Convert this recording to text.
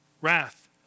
wrath